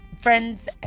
friends